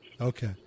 Okay